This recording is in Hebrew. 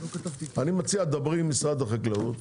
אני מציע תדברי עם משרד החקלאות,